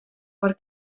per